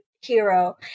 hero